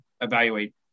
evaluate